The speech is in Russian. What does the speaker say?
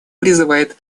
призывает